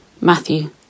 Matthew